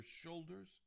shoulders